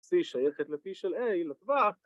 סי, שייכת לפי של איי, לטווח...